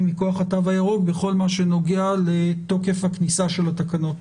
מכוח התו הירוק בכל מה שנוגע לתוקף הכניסה של התקנות.